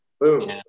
boom